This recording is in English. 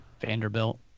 Vanderbilt